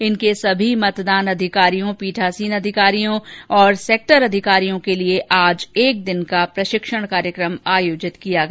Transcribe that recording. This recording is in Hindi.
इनके सभी मतदान अधिकारियों पीठासीन अधिकारियों और सेक्टर अधिकारियों के लिए आज एक दिन का प्रशिक्षण आयोजित किया गया